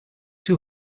too